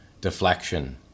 deflection